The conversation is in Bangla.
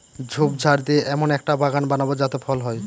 ঝোপঝাড় দিয়ে এমন একটা বাগান বানাবো যাতে ফল হয়